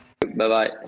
Bye-bye